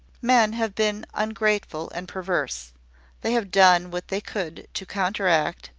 men have been ungrateful and perverse they have done what they could to counteract,